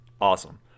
awesome